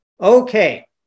Okay